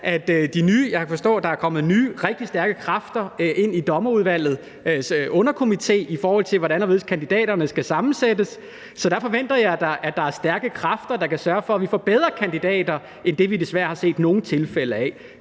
at der er kommet nye, rigtig stærke kræfter ind i dommerudvalgets underkomité, i forhold til hvordan og hvorledes kandidaterne skal sammensættes, da forventer, at der er stærke kræfter, der kan sørge for, at vi får bedre kandidater end det, vi desværre har set i nogle tilfælde.